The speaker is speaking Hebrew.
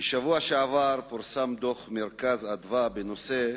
בשבוע שעבר פורסם דוח "מרכז אדוה" בנושא: